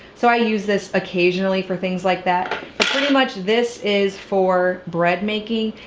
so i use this occasionally for things like that but pretty much this is for bread making.